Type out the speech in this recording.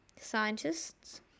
scientists